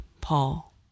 Paul